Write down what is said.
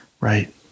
Right